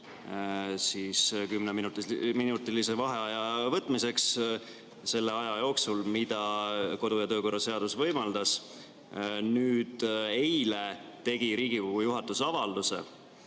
kümneminutilise vaheaja võtmiseks selle aja jooksul, mida kodu- ja töökorra seadus võimaldas. Eile tegi Riigikogu juhatus avalduse,